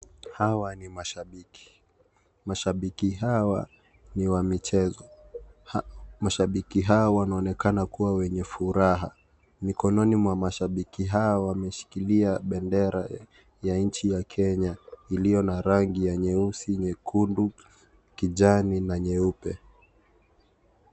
Hawa ni mashabiki . Mashabiki hawa ni wa michezo. Mashabiki hawa wanaonekana kuwa na furaha. Mikononi mwa mashabiki hawa wameshikilia bendera ya nchi ya kenya. Iliyo na rangi ya nyeusi, nyekundu, kijani na nyeupe.